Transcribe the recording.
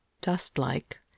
dust-like